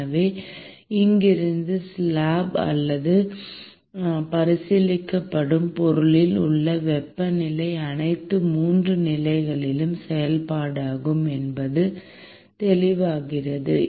எனவே இங்கிருந்து ஸ்லாப் அல்லது பரிசீலிக்கப்படும் பொருளில் உள்ள வெப்பநிலை அனைத்து 3 நிலைகளின் செயல்பாடாகும் என்பது தெளிவாகிறது